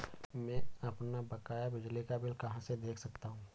मैं अपना बकाया बिजली का बिल कहाँ से देख सकता हूँ?